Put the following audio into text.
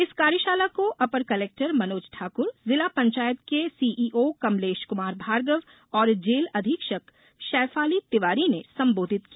इस कार्यशाला को अपर कलेक्टर मनोज ठाक्र जिला पंचायत के सीईओ कमलेश क्मार भार्गव और जेल अधीक्षक शैफाली तिवारी ने संबोधित किया